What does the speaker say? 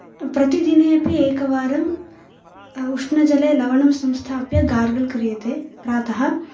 प्रतिदिने अपि एकवारम् उष्णजले लवणं संस्थाप्य गार्गल् क्रियते प्रातः